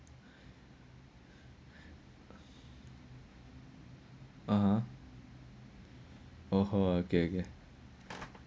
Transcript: ah oh [ho] okay